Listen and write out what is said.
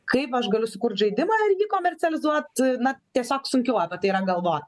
kaip aš galiu sukurt žaidimą ir jį komercializuot na tiesiog sunkiau apie tai yra galvot